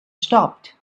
stopped